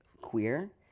queer